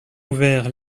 ouverts